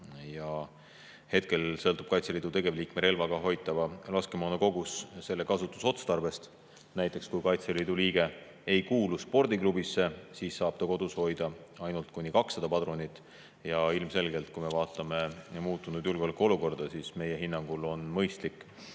Hetkel sõltub Kaitseliidu tegevliikme relvaga hoitava laskemoona kogus selle kasutusotstarbest. Näiteks kui Kaitseliidu liige ei kuulu [laske]spordiklubisse, siis saab ta kodus hoida ainult kuni 200 padrunit. Ilmselgelt, kui me vaatame muutunud julgeolekuolukorda, siis [näeme, et] on mõistlik